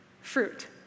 fruit